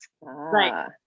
Right